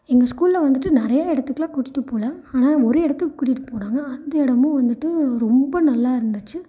எங்கள் ஸ்கூல்ல வந்துட்டு நிறைய இடதுக்குலாம் கூட்டிட்டு போகல ஆனால் ஒரு இடத்துக்கு கூட்டிட்டு போனாங்க அந்த இடமும் வந்துட்டு ரொம்ப நல்லாருந்துச்சு